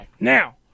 Now